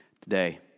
Today